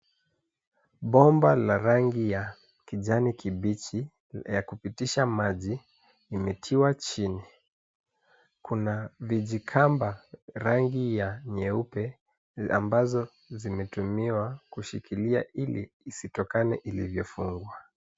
Bomba la rangi ya kijani kibichi la kupitisha maji limetiwa chini. Kuna vijikamba rangi ya nyeupe ambazo zimetumiwa kushikilia ili isitokane ilivyofungwa.